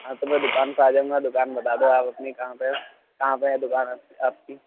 ہاں تو میں دُکان پہ آ جاؤں گا دُکان بتا دو آپ اپنی کہاں پہ ہے کہاں پہ ہے دُکان آپ آپ کی